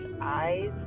eyes